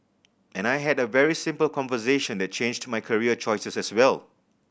and I had a very simple conversation that changed my career choices as well